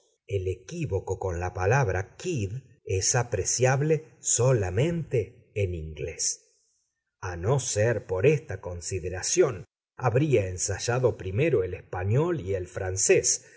el equívoco con la palabra kidd es apreciable solamente en inglés a no ser por esta consideración habría ensayado primero el español y el francés